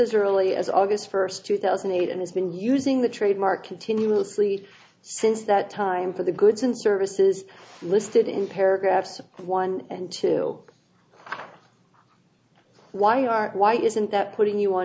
early as august first two thousand and eight and has been using the trademark continuously since that time for the goods and services listed in paragraphs one and two why are why isn't that putting